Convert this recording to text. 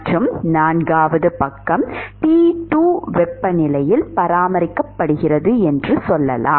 மற்றும் நான்காவது பக்கம் T2 வெப்பநிலையில் பராமரிக்கப்படுகிறது என்று சொல்லலாம்